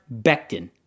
Becton